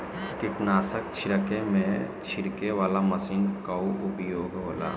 कीटनाशक छिड़के में छिड़के वाला मशीन कअ उपयोग होला